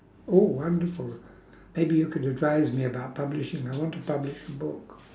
oh wonderful maybe you could advise me about publishing I want to publish a book